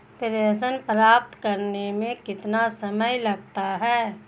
प्रेषण प्राप्त करने में कितना समय लगता है?